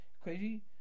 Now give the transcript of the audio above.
Crazy